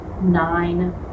nine